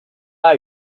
are